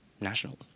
national